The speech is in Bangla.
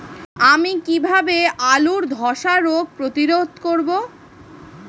আমি কিভাবে আলুর ধ্বসা রোগ প্রতিরোধ করব?